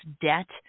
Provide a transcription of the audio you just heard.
debt